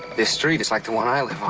this street, it's like the one i live on.